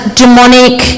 demonic